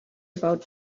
about